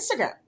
Instagram